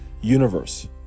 universe